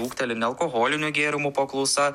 ūgteli nealkoholinių gėrimų paklausa